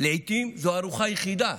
לעיתים זו ארוחה יחידה.